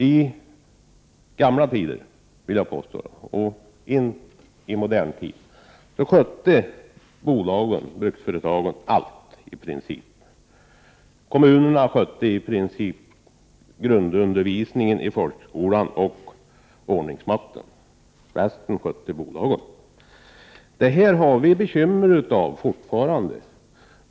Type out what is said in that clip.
I gamla tider och ända in i modern tid skötte bolagen, bruksföretagen, i princip allt. Kommunerna skötte grundundervisningen i folkskolan och ordningsmakten, resten sköttes av bolagen. Denna ordning orsakar oss fortfarande bekymmer.